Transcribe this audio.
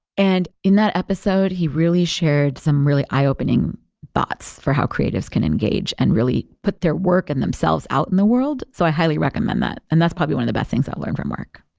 and in that episode, he really shared some really eye-opening thoughts for how creative can engage and really put their work in themselves out in the world. so i highly recommend that, and that's probably one of the best things i learned from mark.